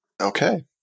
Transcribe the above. Okay